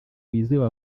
wizewe